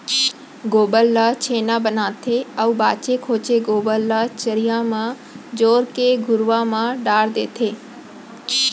गोबर ल छेना बनाथे अउ बांचे खोंचे गोबर ल चरिहा म जोर के घुरूवा म डार देथे